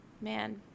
Man